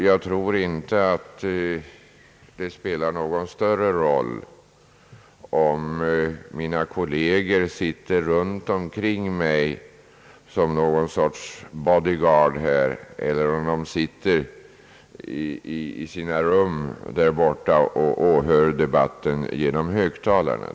Jag Iror inte att det spelar någon större roll, om mina kolleger sitter runt omkring mig såsom någon sorts »body guard» eller om de sitter i sina rum och åhör debatten genom högtalarna.